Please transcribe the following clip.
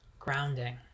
Grounding